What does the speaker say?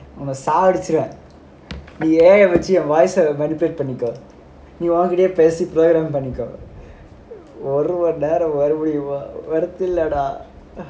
உன்ன சாவடிச்சிருவேன் நீ யாரையாச்சும் வச்சு என்:unna saavadchiruvaen nee yaaraiyaachum vachu voice பண்ணிக்க நீ யாருக்கிட்டயாச்சும் பேசி:pannikka nee yaarukitayaachum pesi programe பண்ணிக்க ஒரு மணி நேரம் மறுபடியுமா:pannikka oru mani neram marupadiyumaa worth இல்ல:illa dah